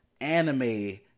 anime